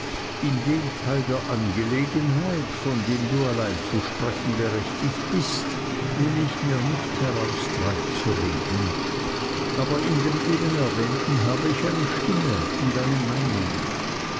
in den teil der angelegenheit von dem du allein zu sprechen berechtigt bist nehme ich mir nicht heraus dreinzureden aber in dem eben erwähnten habe ich eine stimme und eine meinung